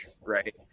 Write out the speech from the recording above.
Right